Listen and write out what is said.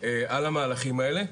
על המהלכים האלה.